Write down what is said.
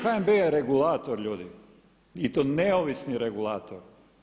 HNB je regulator ljudi i to neovisni regulator.